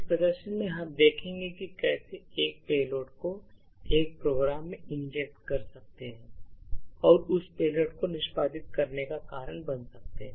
इस प्रदर्शन में हम देखेंगे कि कैसे एक पेलोड को एक प्रोग्राम में इंजेक्ट कर सकते हैं और उस पेलोड को निष्पादित करने का कारण बन सकते हैं